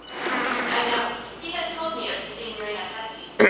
i know he has told me of the signorina patsy.